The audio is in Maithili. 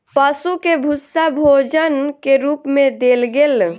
पशु के भूस्सा भोजन के रूप मे देल गेल